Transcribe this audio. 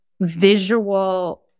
visual